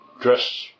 dress